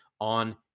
on